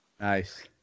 Nice